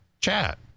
chat